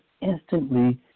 instantly